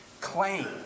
claim